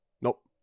Nope